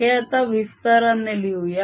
हे आता विस्ताराने लिहूया